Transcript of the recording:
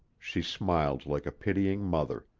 she smiled like a pitying mother.